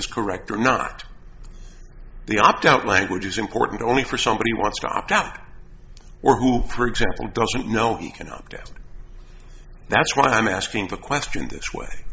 is correct or not the opt out language is important only for somebody who wants to opt out or who for example doesn't know he can opt out that's why i'm asking the question this way